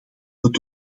het